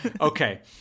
Okay